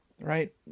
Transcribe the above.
right